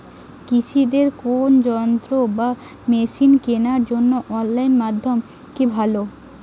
কৃষিদের কোন যন্ত্র বা মেশিন কেনার জন্য অনলাইন মাধ্যম কি ভালো?